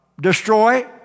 destroy